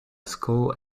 school